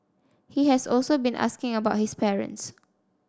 he has also been asking about his parents